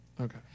Okay